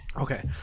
Okay